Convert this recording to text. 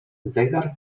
zegar